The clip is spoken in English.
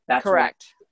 Correct